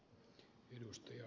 arvoisa puhemies